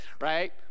right